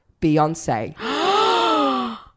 Beyonce